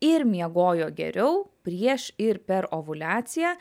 ir miegojo geriau prieš ir per ovuliaciją